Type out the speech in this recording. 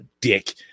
dick